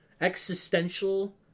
existential